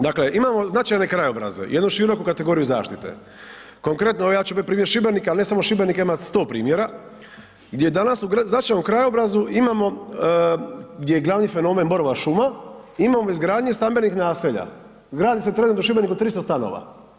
Dakle imamo značajne krajobraze, jednu široku kategoriju zaštite, konkretno evo ja ću biti primjer Šibenika ali ne samo Šibenika imate 100 primjera gdje danas u značajnom krajobrazu gdje je glavni fenomen borova šuma, imamo izgradnje stambenih naselja, gradi se trenutno u Šibeniku 300 stanova.